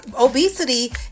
Obesity